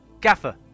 Gaffer